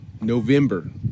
november